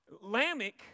Lamech